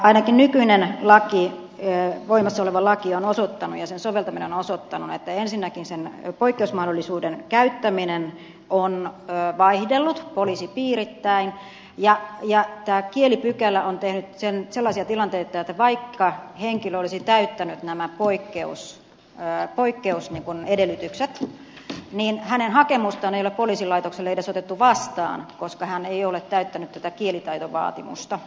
ainakin nykyisen voimassa olevan lain soveltaminen on osoittanut että ensinnäkin poikkeusmahdollisuuden käyttäminen on vaihdellut poliisipiireittäin ja tämä kielipykälä on tehnyt sellaisia tilanteita että vaikka henkilö olisi täyttänyt nämä poikkeus pää poikkeus kun edellytykset ja poikkeusedellytykset hänen hakemustaan ei ole poliisilaitoksella edes otettu vastaan koska hän ei ole täyttänyt kielitaitovaatimusta